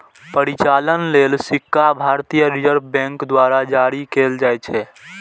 परिचालन लेल सिक्का भारतीय रिजर्व बैंक द्वारा जारी कैल जाइ छै